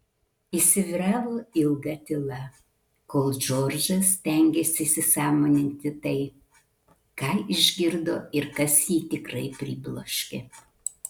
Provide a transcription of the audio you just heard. įsivyravo ilga tyla kol džordžas stengėsi įsisąmoninti tai ką išgirdo ir kas jį tikrai pribloškė